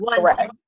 Right